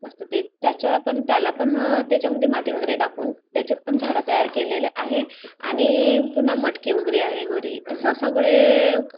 मस्त ते त्याच्या पण त्याला पण त्याच्यामध्ये माती वगैरे टाकून त्याच्यात पण झाडं तयार केलेले आहे आणि पुन्हा मटके वगैरे आहे घरी असं सगळे